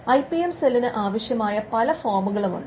I P M സെല്ലിന് ആവശ്യമായ പല ഫോമുകളുണ്ട്